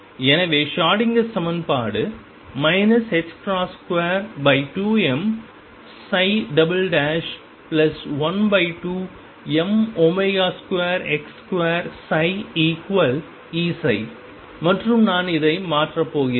எனவே ஷ்ரோடிங்கர் சமன்பாடு 22m12m2x2Eψ மற்றும் நான் இதை மாற்றப் போகிறேன்